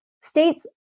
states